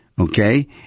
okay